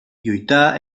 lluità